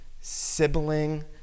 sibling